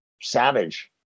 savage